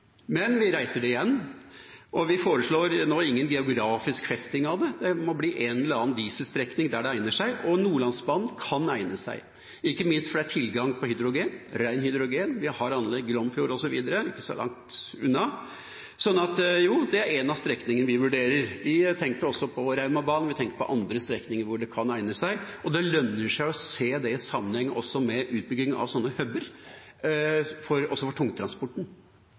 Men vi reiser det igjen, og vi foreslår nå ingen geografisk festing av det, det må bli en eller annen dieselstrekning der det egner seg. Nordlandsbanen kan egne seg, ikke minst fordi det er tilgang på hydrogen, ren hydrogen; vi har anlegg, Glomfjord osv., ikke så langt unna. Så jo, det er en av strekningene vi vurderer. Vi tenkte også på Raumabanen, og vi tenkte på andre strekninger hvor det kan egne seg. Det lønner seg å se dette i sammenheng med utbygging av såkalte hub-er også for tungtransporten